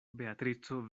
beatrico